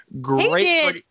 great